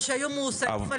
מה שקרה זה שהקפצתם את השגריר,